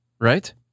right